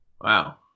Wow